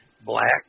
black